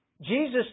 Jesus